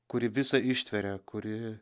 kuri visa ištveria kuri